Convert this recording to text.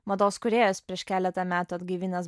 mados kūrėjas prieš keletą metų atgaivinęs